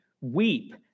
Weep